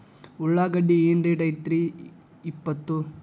ಉಳ್ಳಾಗಡ್ಡಿ ಏನ್ ರೇಟ್ ಐತ್ರೇ ಇಪ್ಪತ್ತು?